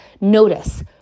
Notice